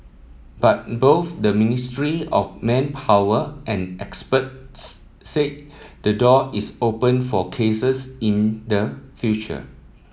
but both the Ministry of Manpower and experts say the door is open for cases in the future